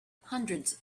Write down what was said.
hundreds